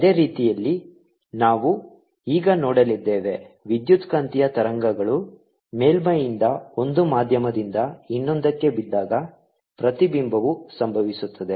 ಅದೇ ರೀತಿಯಲ್ಲಿ ನಾವು ಈಗ ನೋಡಲಿದ್ದೇವೆ ವಿದ್ಯುತ್ಕಾಂತೀಯ ತರಂಗಗಳು ಮೇಲ್ಮೈಯಿಂದ ಒಂದು ಮಾಧ್ಯಮದಿಂದ ಇನ್ನೊಂದಕ್ಕೆ ಬಿದ್ದಾಗ ಪ್ರತಿಬಿಂಬವು ಸಂಭವಿಸುತ್ತದೆ